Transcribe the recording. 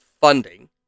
funding